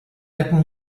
latin